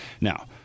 Now